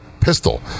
pistol